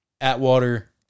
Atwater